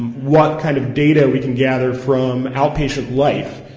um what kind of data we can gather from outpatient life,